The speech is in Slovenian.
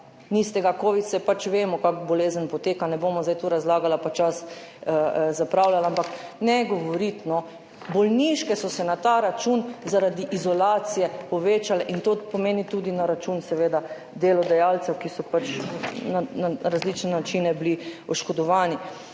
Niste ga. Covid, vemo, kako bolezen poteka, ne bom zdaj tu razlagala pa časa zapravljala, ampak ne govoriti, no. Bolniške so se na ta račun zaradi izolacije povečale in to pomeni tudi na račun seveda delodajalcev, ki so bili na različne načine oškodovani.